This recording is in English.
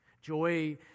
Joy